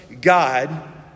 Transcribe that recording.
God